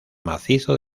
macizo